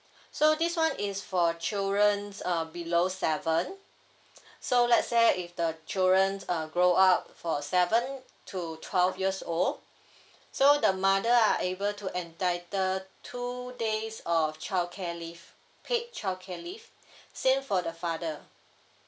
so this one is for children's uh below seven so let's say if the children uh grow up for seven to twelve years old so the mother are able to entitle two days of childcare leave paid childcare leave same for the father